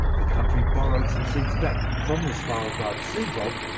the country borrowed some seeds back from the svalbard seed vault,